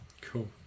Cool